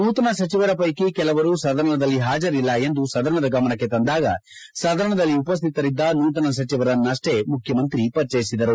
ನೂತನ ಸಚಿವರ ಪೈಕಿ ಕೆಲವರು ಸದನದಲ್ಲಿ ಪಾಜರಿಲ್ಲ ಎಂದು ಸದನದ ಗಮನಕ್ಕೆ ತಂದಾಗ ಸದನದಲ್ಲಿ ಉಪಸ್ಟಿತರಿದ್ದ ನೂತನ ಸಚಿವರನ್ನಷ್ಷೇ ಮುಖ್ಯಮಂತ್ರಿ ಪರಿಚಯಿಸಿದರು